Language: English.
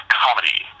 comedy